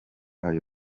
ayo